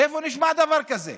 איפה נשמע דבר כזה?